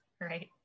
right